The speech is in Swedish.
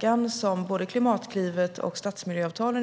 Karlsson?